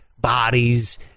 bodies